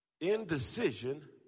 Indecision